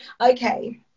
Okay